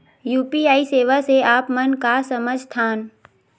UPI सेवा से आप मन का समझ थान?